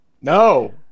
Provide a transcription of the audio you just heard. No